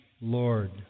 Lord